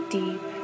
deep